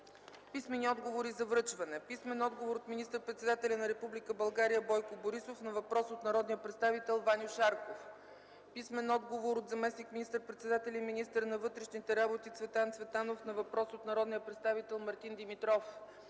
Писмени отговори за връчване: - от министър-председателя на Република България Бойко Борисов на въпрос от народния представител Ваньо Шарков; - от заместник министър-председателя и министър на вътрешните работи Цветан Цветанов на въпрос от народния представител Мартин Димитров;